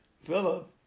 Philip